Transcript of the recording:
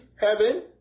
heaven